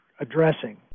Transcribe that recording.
addressing